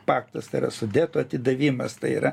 paktas tai yra sudėtų atidavimas tai yra